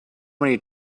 many